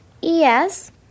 Yes